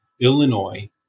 Illinois